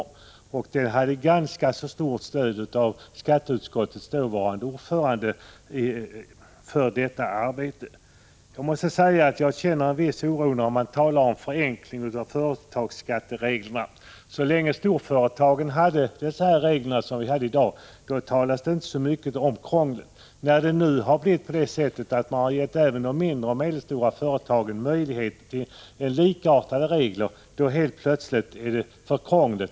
Denna målsättning hade ganska stort stöd från skatteutskottets dåvarande ordförande. Jag känner en viss oro när man talar om förenkling av företagsskattereglerna. Så länge de regler som vi har i dag bara gällde för storföretagen talades det inte så mycket om krångel. När nu även de mindre och medelstora företagen fått möjligheter till likartade regler är det helt plötsligt för krångligt.